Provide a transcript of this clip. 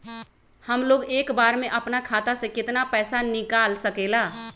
हमलोग एक बार में अपना खाता से केतना पैसा निकाल सकेला?